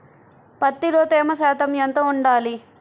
పత్తిలో తేమ శాతం ఎంత ఉండాలి?